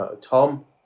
Tom